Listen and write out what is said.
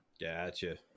gotcha